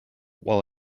while